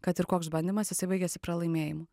kad ir koks bandymas jisai baigėsi pralaimėjimu